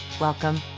welcome